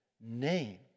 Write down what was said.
name